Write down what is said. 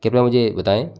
कृपया मुझे बताएँ